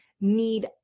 need